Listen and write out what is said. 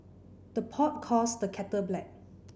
the pot calls the kettle black